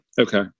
Okay